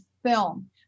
film